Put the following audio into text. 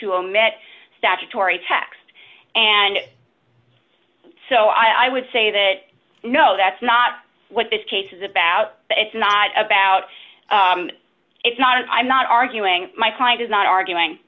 to omit statutory text and so i would say that no that's not what this case is about but it's not about it's not and i'm not arguing my client is not arguing